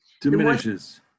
Diminishes